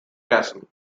castle